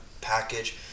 package